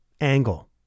angle